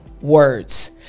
words